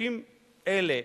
אנשים אלה,